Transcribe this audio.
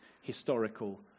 historical